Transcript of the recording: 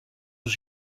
aux